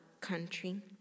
country